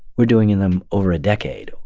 we're doing them over a decade,